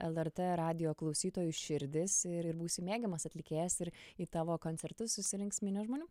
lrt radijo klausytojų širdis ir ir būsi mėgiamas atlikėjas ir į tavo koncertus susirinks minios žmonių